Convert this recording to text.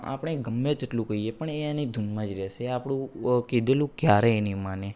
આપણે ગમે તેટલું કરીએ પણ એ એની ધૂનમાં જ રહેશે એ આપણું કીધેલું ક્યારેય નહીં માને